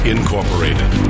Incorporated